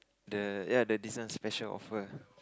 the ya the this one special offer